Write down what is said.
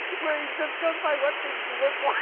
where he just goes by what things look like